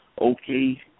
Okay